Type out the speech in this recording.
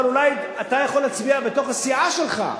אבל אולי אתה יכול להצביע בתוך הסיעה שלך,